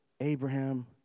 Abraham